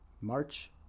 March